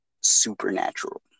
supernatural